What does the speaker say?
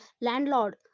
landlord